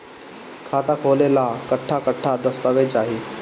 खाता खोले ला कट्ठा कट्ठा दस्तावेज चाहीं?